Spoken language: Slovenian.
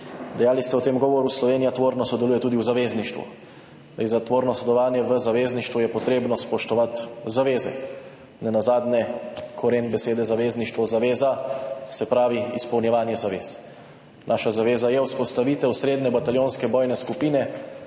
Dejali ste v tem govoru: »Slovenija tvorno sodeluje tudi v zavezništvu.« Za tvorno sodelovanje v zavezništvu je potrebno spoštovati zaveze, nenazadnje koren besede zavezništvo, zaveza, se pravi izpolnjevanje zavez. Naša zaveza je vzpostavitev srednje bataljonske bojne skupine